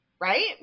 Right